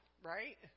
Right